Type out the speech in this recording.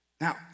Now